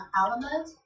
element